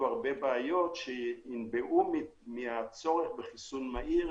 הרבה בעיות שינבעו מן הצורך בחיסון מהיר